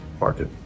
market